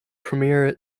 premier